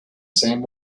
same